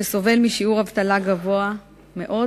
שסובל משיעור אבטלה גבוה מאוד,